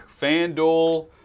FanDuel